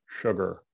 sugar